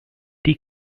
die